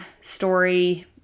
story